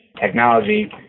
technology